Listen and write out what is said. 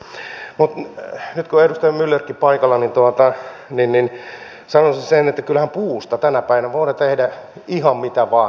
mutta nyt kun on edustaja myllerkin paikalla niin sanoisin sen että kyllähän puusta tänä päivänä voidaan tehdä ihan mitä vain